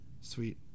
Sweet